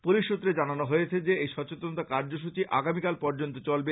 police সূত্রে জানানো হয়েছে যে এই সচেতনতা কার্যসূচী আগামীকাল পর্যন্ত চলবে